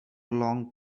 long